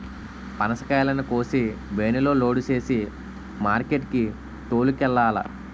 పనసకాయలను కోసి వేనులో లోడు సేసి మార్కెట్ కి తోలుకెల్లాల